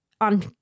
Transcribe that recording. on